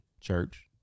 church